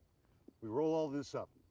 we roll all this up.